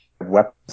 weapons